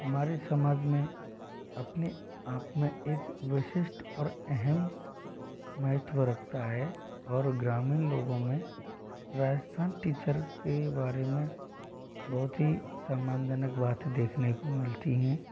हमारे समाज में अपने आप में एक विशिष्ट और अहम महत्व रखता है और ग्रामीण लोगो में राजस्थान टीचर के बारे में बहुत ही सम्मानजनक बातें देखने को मिलती हैं